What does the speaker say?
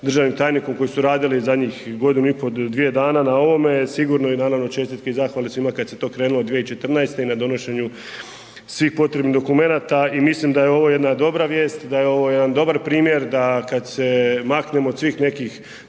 državnim tajnikom koji su radili zadnjih godinu i pol do dvije dana na ovome, sigurno i naravno čestitke i zahvale svima kad se to krenulo 2014. i na donošenju svih potrebnih dokumenata i mislim da je ovo jedna dobra vijest, da je ovo jedan dobar primjer, da kad se maknemo od svih nekih